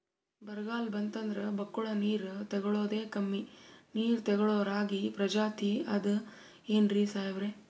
ಬರ್ಗಾಲ್ ಬಂತಂದ್ರ ಬಕ್ಕುಳ ನೀರ್ ತೆಗಳೋದೆ, ಕಮ್ಮಿ ನೀರ್ ತೆಗಳೋ ರಾಗಿ ಪ್ರಜಾತಿ ಆದ್ ಏನ್ರಿ ಸಾಹೇಬ್ರ?